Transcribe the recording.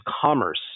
commerce